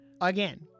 again